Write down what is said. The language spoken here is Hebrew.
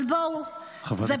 אבל בואו --- חברת הכנסת ביטון.